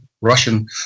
Russian